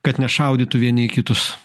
kad nešaudytų vieni į kitus